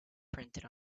printed